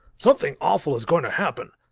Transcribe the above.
something awful is going to happen.